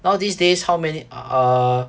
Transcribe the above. now these days how many uh